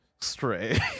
Stray